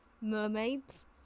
Mermaids